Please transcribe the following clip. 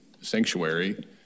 sanctuary